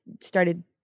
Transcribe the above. started